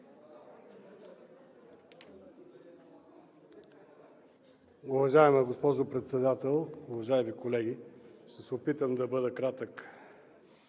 Уважаема госпожо Председател, уважаеми колеги! Ще се опитам да бъда кратък,